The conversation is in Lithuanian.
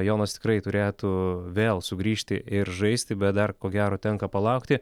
jonas tikrai turėtų vėl sugrįžti ir žaisti bet dar ko gero tenka palaukti